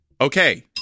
Okay